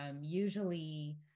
usually